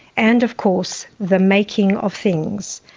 and of course the making of things,